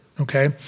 Okay